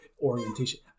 orientation